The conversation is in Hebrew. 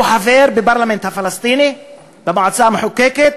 הוא חבר בפרלמנט הפלסטיני, במועצה המחוקקת,